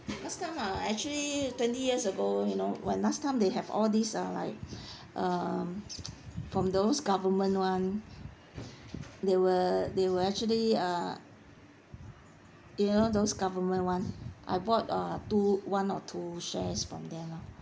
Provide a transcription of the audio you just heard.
last time uh uh actually twenty years ago you know when last time they have all these ah like um from those government [one] they were they were actually uh you know those government [one] I bought uh two one or two shares from there ah